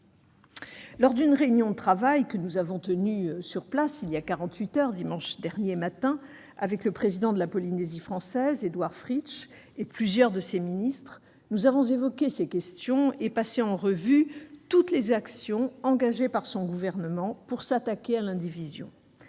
Lors d'une réunion de travail tenue sur place, dimanche dernier, il y a donc quarante-huit heures, avec le président de la Polynésie française, Édouard Fritch, et plusieurs de ses ministres, nous avons évoqué ces questions et passé en revue toutes les actions engagées par son gouvernement pour s'attaquer à l'indivision.